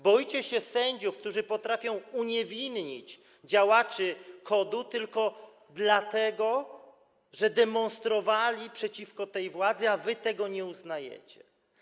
Boicie się sędziów, którzy potrafią uniewinnić działaczy KOD-u, dlatego że demonstrowali przeciwko tej władzy, czego wy nie uznajecie.